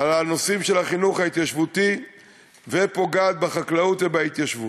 על הנושאים של החינוך ההתיישבותי ופוגעת בחקלאות ובהתיישבות.